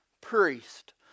priest